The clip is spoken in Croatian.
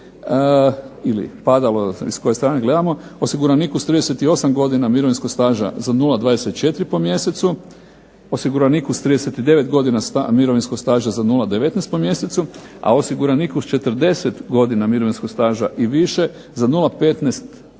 ili padalo s koje strane gledamo. Osiguraniku s 38 godina mirovinskog staža za 0,24% po mjesecu, osiguraniku s 39 godina mirovinskog staža za 0,19% po mjesecu, a osiguraniku s 40 godina mirovinskog staža i više za 0,15% po mjesecu.